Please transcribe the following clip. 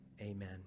Amen